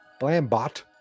Blambot